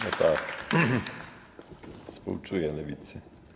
No tak, współczuję Lewicy.